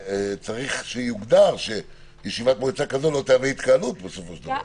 שצריך שיוגדר שישיבת מועצה כזו לא תהווה התקהלות בסופו של דבר.